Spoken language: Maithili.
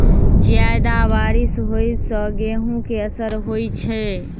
जियादा बारिश होइ सऽ गेंहूँ केँ असर होइ छै?